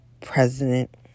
president